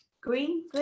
green